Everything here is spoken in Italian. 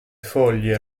foglie